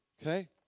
Okay